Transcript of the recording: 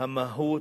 המהות,